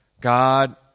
God